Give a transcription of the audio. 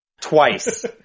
twice